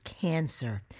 cancer